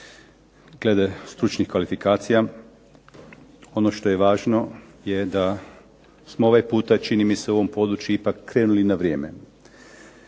glede stručnih kvalifikacija. Ono što je važno je da smo ovaj puta čini mi se u ovom području ipak krenuli na vrijeme.